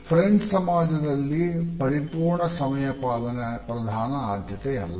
French ಸಮಾಜದಲ್ಲಿ ಪರಿಪೂರ್ಣ ಸಮಯಪಾಲನೆ ಪ್ರಧಾನ ಆದ್ಯತೆಯಲ್ಲ